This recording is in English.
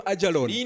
Ajalon